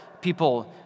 people